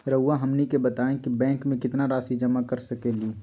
रहुआ हमनी के बताएं कि बैंक में कितना रासि जमा कर सके ली?